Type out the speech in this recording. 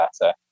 better